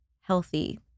healthy